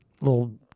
little